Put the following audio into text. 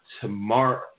tomorrow